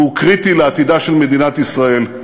והוא קריטי לעתידה של מדינת ישראל.